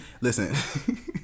Listen